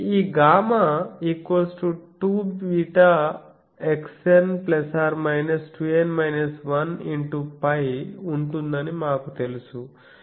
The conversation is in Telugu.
కాబట్టి ఈ గామాɣ 2βxn ± π ఉంటుందని మనకు తెలుసు